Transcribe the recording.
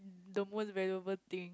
the most valuable thing